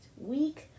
week